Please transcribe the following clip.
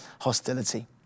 hostility